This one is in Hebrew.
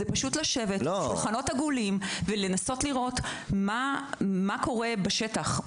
יש לשבת סביב שולחנות עגולים ולנסות לראות מה קורה בשטח.